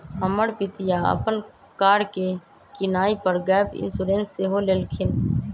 हमर पितिया अप्पन कार के किनाइ पर गैप इंश्योरेंस सेहो लेलखिन्ह्